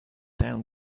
down